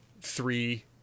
three